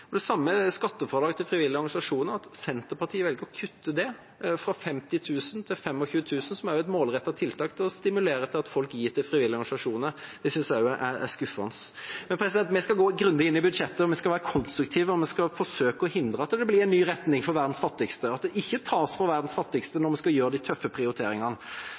Det samme gjelder skattefradrag med hensyn til frivillige organisasjoner. At Senterpartiet velger å kutte det, som også er et målrettet tiltak for å stimulere til at folk gir til frivillige organisasjoner, fra 50 000 til 25 000 kr, synes jeg også er skuffende. Men vi skal gå grundig inn i budsjettet, vi skal være konstruktive, og vi skal forsøke å hindre at det blir en ny retning for verdens fattigste – at det ikke tas fra verdens fattigste når vi skal gjøre de tøffe prioriteringene.